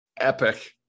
epic